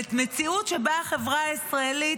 במציאות שבה החברה הישראלית,